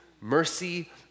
Mercy